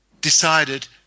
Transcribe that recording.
decided